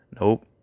nope